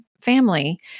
family